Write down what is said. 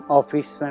office